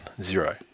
Zero